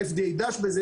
ה-FDA דש בזה,